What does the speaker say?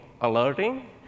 alerting